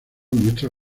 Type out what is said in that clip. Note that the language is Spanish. muestra